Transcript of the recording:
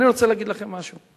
אני רוצה להגיד לכם משהו: